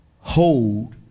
hold